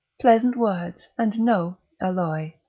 pleasant words and no alloy,